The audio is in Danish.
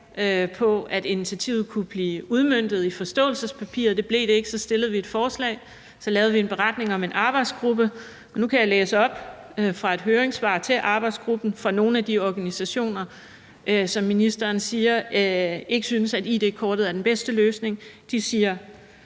på, at initiativet kunne blive udmøntet i forståelsespapiret, og det blev det ikke. Så fremsatte SF et forslag, og vi lavede en beretning om en arbejdsgruppe, og nu kan jeg så læse op fra et høringssvar til arbejdsgruppen fra nogle af de organisationer, som ministeren siger ikke synes, at id-kortet er den bedste løsning. De siger: